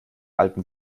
alten